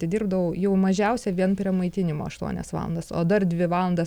atidirbdavau jau mažiausia vien prie maitinimo aštuonias valandas o dar dvi valandas